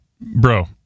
bro